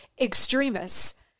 extremists